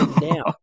Now